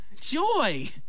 joy